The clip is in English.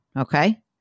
Okay